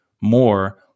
more